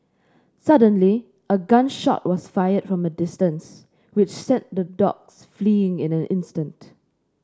suddenly a gun shot was fired from a distance which sent the dogs fleeing in an instant